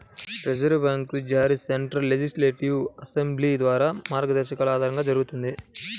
reserve bank జారీ central legislative assembly ద్వారా మార్గదర్శకాల ఆధారంగా జరిగింది